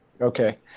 Okay